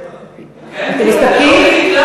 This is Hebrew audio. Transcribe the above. אתם מסתפקים?